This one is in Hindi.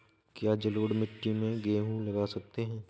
क्या जलोढ़ मिट्टी में गेहूँ लगा सकते हैं?